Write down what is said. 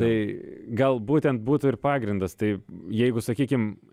tai gal būtent būtų ir pagrindas tai jeigu sakykim